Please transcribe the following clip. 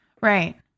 Right